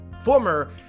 Former